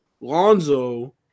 Lonzo